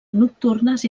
nocturnes